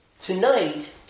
tonight